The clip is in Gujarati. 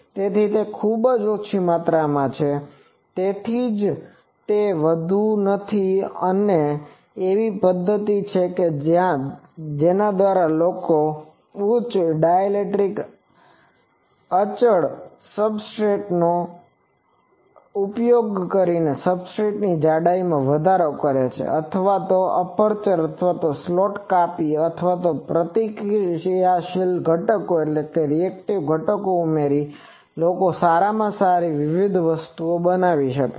તેથી તે ખૂબ ઓછી માત્રામાં છે તેથી જ તે વધુ નથી અને એવી પદ્ધતિઓ છે કે જેના દ્વારા લોકો ઉચ્ચ ડાયઇલેક્ટ્રિક અચળ સબસ્ટ્રેટનો ઉપયોગ કરીને સબસ્ટ્રેટની જાડાઈમાં વધારો કરે છે અથવા એપર્ચર અથવા સ્લોટ્સ કાપીને અથવા પ્રતિક્રિયાશીલ ઘટકો ઉમેરીને લોકો સારામાં સારી વિવિધ વસ્તુઓ બનાવે છે